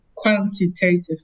quantitative